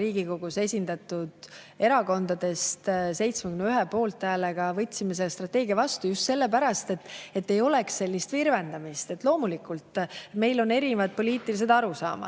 Riigikogus esindatud erakondadest ehk 71 poolthäälega võtsime selle strateegia vastu. Ja just sellepärast, et ei oleks sellist virvendamist. Loomulikult, meil on erinevad poliitilised arusaamad